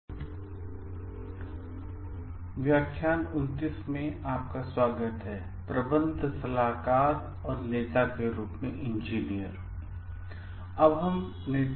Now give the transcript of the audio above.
Ethics in Engineering Practice Prof Susmita Mukhopadhyay Vinod Gupta School of Management Indian Institute of Technology Kharagpur व्याख्यान २ ९ प्रबंधक सलाहकार और नेता के रूप में इंजीनियर व्याख्यान २ ९ में आपका स्वागत है